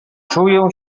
czuję